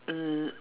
mm